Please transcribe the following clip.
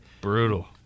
Brutal